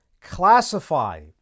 classify